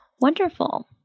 Wonderful